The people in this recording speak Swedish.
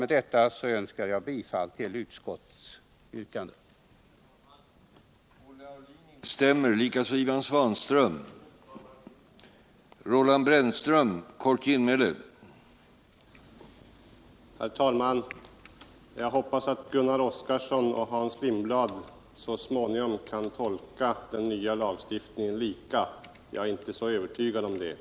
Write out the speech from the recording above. Med betta ber jag att få yrka bifall till utskottets hemställan.